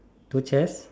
two chairs